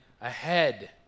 ahead